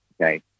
okay